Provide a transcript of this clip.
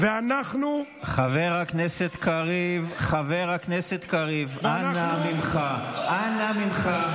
אם כבר פתחת את הדיון, איך התנפח?